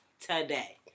today